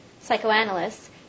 psychoanalysts